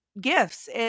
gifts